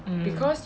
um